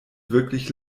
wirklich